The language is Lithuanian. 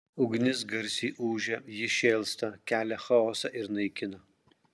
ugnis garsiai ūžia ji šėlsta kelia chaosą ir naikina